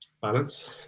balance